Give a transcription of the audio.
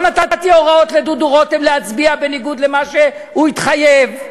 לא נתתי הוראות לדודו רותם להצביע בניגוד למה שהוא התחייב.